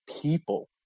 people